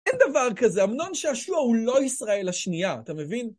אין דבר כזה, אמנון שעשוע הוא לא ישראל השנייה, אתה מבין?